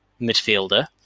midfielder